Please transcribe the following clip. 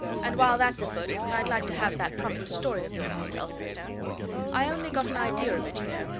and while that's afoot, i'd like to have that promised story of yours, mr. elphinstone i only got an idea of it, you know,